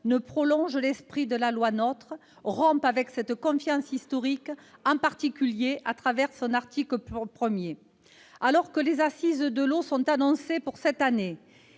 en prolongeant l'esprit de la loi NOTRe, rompe avec cette confiance historique, en particulier à travers son article 1. Alors que des assises de l'eau sont annoncées pour cette année,